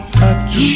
touch